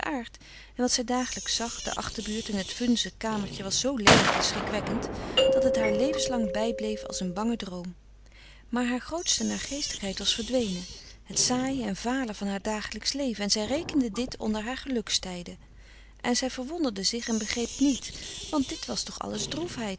en wat zij dagelijks zag de achterbuurt en het vunze kamertje was zoo leelijk en schrikwekkend dat het haar levenslang bij bleef als een bange droom maar haar grootste naargeestigheid was verdwenen het saaie en vale van haar dagelijksch leven en zij rekende dit onder haar geluks tijden en zij verwonderde zich en begreep niet frederik van eeden van de koele meren des doods want dit was toch alles